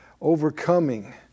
Overcoming